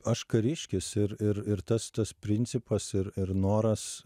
aš kariškis ir ir ir tas tas principas ir ir noras